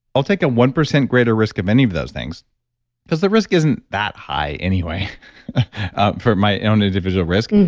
i'll take a one percent greater risk of any of those things because the risk isn't that high anyway for my own individual risk. and